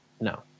No